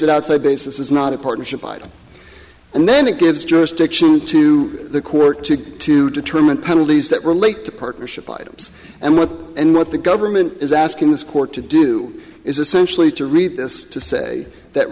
that outside basis is not a partnership and then it gives jurisdiction to the court to to determine penalties that relate to partnership items and what and what the government is asking this court to do is essentially to read this to say that